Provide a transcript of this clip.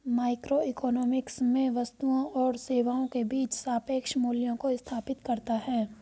microeconomics में वस्तुओं और सेवाओं के बीच सापेक्ष मूल्यों को स्थापित करता है